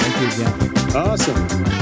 Awesome